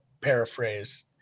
paraphrase